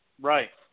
Right